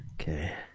Okay